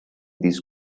these